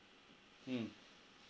mm